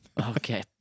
Okay